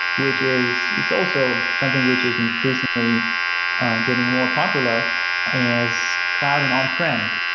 which is it's also something which is increasingly getting more popular as cloud and on-prem.